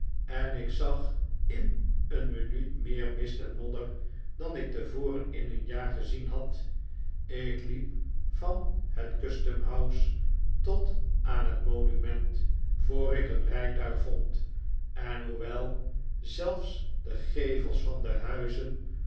en ik zag in een minuut meer mist en modder dan ik tevoren in een jaar gezien had ik liep van het custom house tot aan het monument voor ik een rijtuig vond en hoewelzelfs de gevels van de huizen